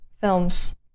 films